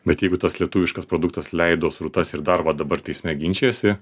bet jeigu tas lietuviškas produktas leido srutas ir dar va dabar teisme ginčijasi